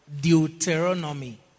Deuteronomy